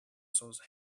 source